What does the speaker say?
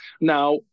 now